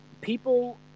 people